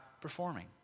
performing